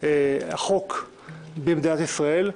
החוק במדינת ישראל.